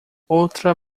outra